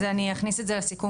אני אכניס את זה לסיכום